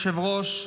אדוני היושב-ראש,